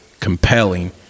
compelling